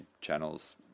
channels